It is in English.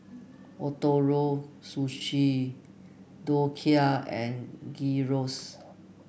Ootoro Sushi Dhokla and Gyros